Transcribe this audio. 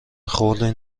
خردی